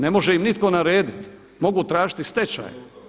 Ne može im nitko narediti, mogu tražiti stečaj.